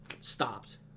stopped